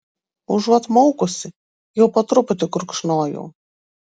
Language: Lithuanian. užuot maukusi jau po truputį gurkšnojau